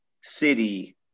city